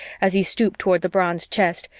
as he stooped toward the bronze chest,